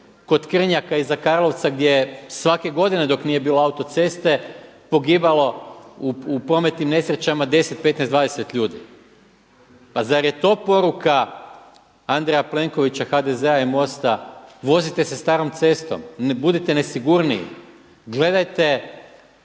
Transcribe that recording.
kod Krnjaka iza Karlovca gdje je svake godine dok nije bilo autoceste pogibalo u prometnim nesrećama 10, 15, 20 ljudi. Pa zar je to poruka Andreja Plenkovića, HDZ-a i MOST-a vozite se starom cestom, budite nesigurniji? Gledajte